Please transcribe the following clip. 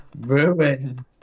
Ruined